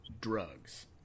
drugs